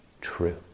true